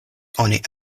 oni